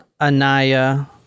Anaya